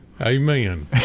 Amen